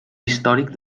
històric